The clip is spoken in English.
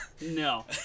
no